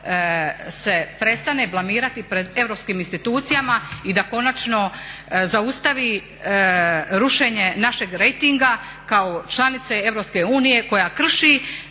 da se prestane blamirati pred europskih institucijama i da konačno zaustavi rušenje našeg rejtinga kao članice Europske unije koja krši